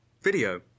video